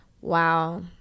Wow